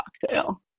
cocktail